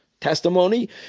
testimony